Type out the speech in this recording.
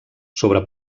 sobre